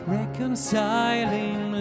reconciling